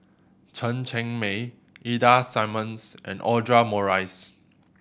Chen Cheng Mei Ida Simmons and Audra Morrice